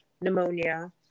pneumonia